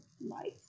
life